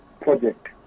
project